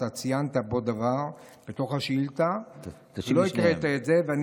אתה ציינת פה דבר בתוך השאילתה ולא הקראת את זה.